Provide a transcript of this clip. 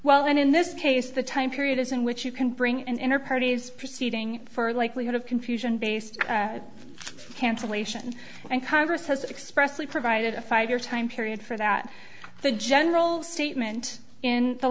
well and in this case the time period as in which you can bring an inner party is proceeding for likelihood of confusion based cancellation and congress has expressly provided a five year time period for that the general statement in the